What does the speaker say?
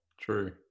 true